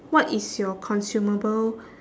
what is your consumable